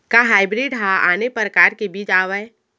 का हाइब्रिड हा आने परकार के बीज आवय?